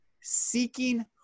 seeking